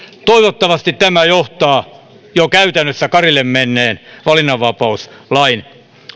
toivottavasti tämä johtaa jo käytännössä karille menneen valinnanvapauslain